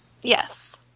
Yes